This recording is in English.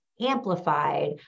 amplified